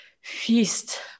feast